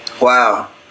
Wow